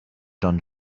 done